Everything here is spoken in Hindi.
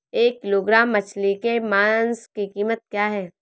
एक किलोग्राम मछली के मांस की कीमत क्या है?